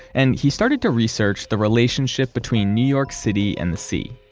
and he started to research the relationship between new york city and the sea.